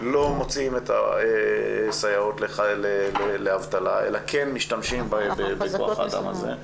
לא מוציאים את הסייעות לאבטלה אלא כן משתמשים בכוח האדם הזה.